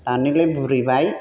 दानिलाय बुरिबाय